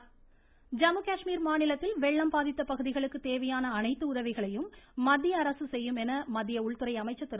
ராஜ்நாத்சிங் ஜம்மு காஷ்மீர் மாநிலத்தில் வெள்ளம் பாதித்த பகுதிகளுக்கு தேவையான அனைத்து உதவிகளையும் மத்திய அரசு செய்யும் என மத்திய உள்துறை அமைச்சர் திரு